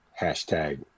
hashtag